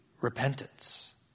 repentance